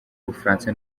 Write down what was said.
ubufaransa